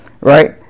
right